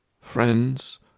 friends